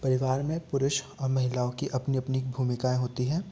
परिवार में पुरुष और महिलाओं कि अपनी अपनी भूमिकाएं होती है